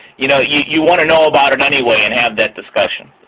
you know you you want to know about it anyway and have that discussion.